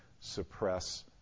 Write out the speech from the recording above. suppress